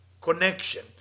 Connection